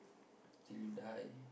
till you die